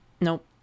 nope